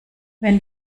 wenn